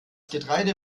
getreide